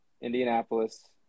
Indianapolis